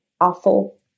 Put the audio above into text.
awful